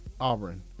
Auburn